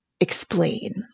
explain